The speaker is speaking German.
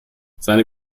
seine